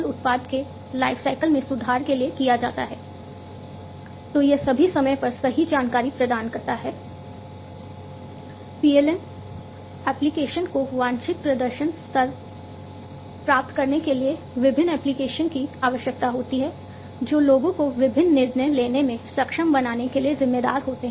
उत्पाद डेटा की आवश्यकता होती है जो लोगों को विभिन्न निर्णय लेने में सक्षम बनाने के लिए जिम्मेदार होते हैं